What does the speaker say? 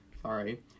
Sorry